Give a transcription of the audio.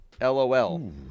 LOL